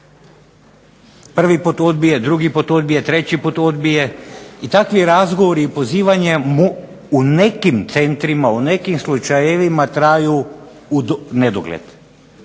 Prvi put odbije, drugi put odbije, treći put odbije i takvi razgovori i pozivanje u nekim centrima, u nekim slučajevima traju u nedogled.